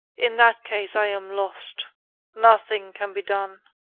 in that case, i am lost nothing can be done.